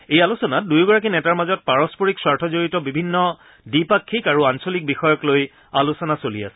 এই আলোচনাত দুয়োগৰাকী নেতাৰ মাজত পাৰস্পৰিক স্বাৰ্থ জড়িত বিভিন্ন দ্বিপাক্ষিক আৰু আঞ্চলিক বিষয়ক লৈ আলোচনা চলি আছে